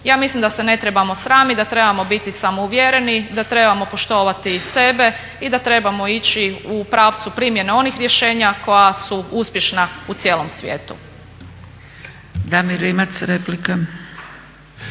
Ja mislim da se ne trebamo sramiti, da trebamo biti samouvjereni, da trebamo poštovati i sebe i da trebamo ići u pravcu primjene onih rješenja koja su uspješna u cijelom svijetu.